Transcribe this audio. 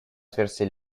отверстия